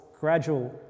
gradual